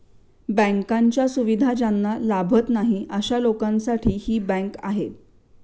बँकांच्या सुविधा ज्यांना लाभत नाही अशा लोकांसाठी ही बँक आहे